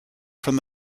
from